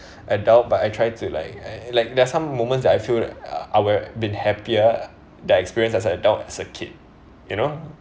adult but I try to like like there're some moments that I feel that I will been happier that experience as an adult as a kid you know